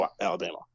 Alabama